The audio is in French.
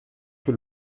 que